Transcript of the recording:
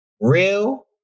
real